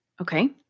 Okay